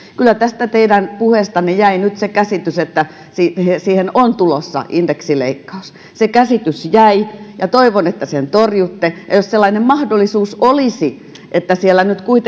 kyllä tästä teidän puheestanne jäi nyt se käsitys että siihen on tulossa indeksileikkaus se käsitys jäi ja toivon että sen torjutte ja jos sellainen mahdollisuus olisi että siellä nyt kuitenkin indeksijäädytys